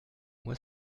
moi